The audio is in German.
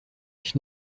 ich